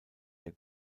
der